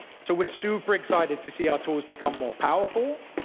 so we're super excited to see our tools become more powerful,